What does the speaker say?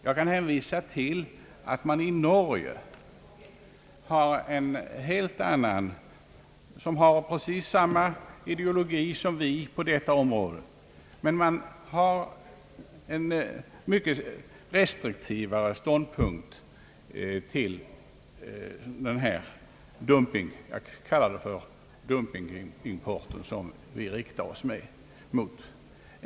Jag kan hänvisa till att man i Norge, där man har precis samma ideologi som vi på detta område, intar en mycket restriktivare ståndpunkt till den — jag betecknar den så — dumpingimport som riktas oss mot.